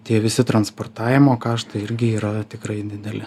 tie visi transportavimo kaštai irgi yra tikrai dideli